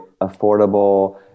affordable